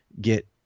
get